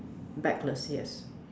backwards yes